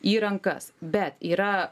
į rankas bet yra